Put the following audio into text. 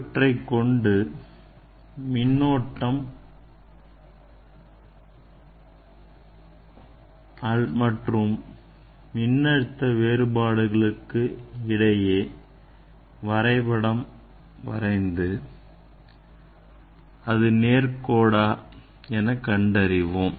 இவற்றைக்கொண்டுமின்னோட்டம் மற்றும் மின்னழுத்த வேறுபாடு களுக்கு இடையே வரைபடம் வரைந்து அது நேர்கோடு என கண்டறிவோம்